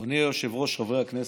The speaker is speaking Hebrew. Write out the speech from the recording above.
אדוני היושב-ראש, חברי הכנסת,